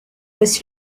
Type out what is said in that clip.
was